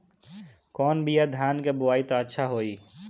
कौन बिया धान के बोआई त अच्छा होई?